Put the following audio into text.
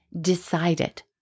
decided